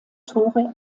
tore